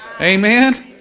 Amen